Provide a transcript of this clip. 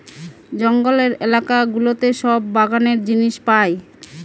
জঙ্গলের এলাকা গুলোতে সব বাগানের জিনিস পাই